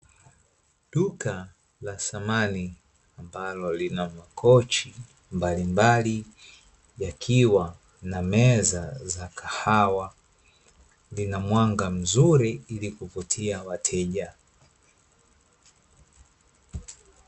Duka la samani ambalo lina makochi mbalimbali yakiwa na meza za kahawa, lina mwanga mzuri ili kuvutia wateja.